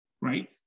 right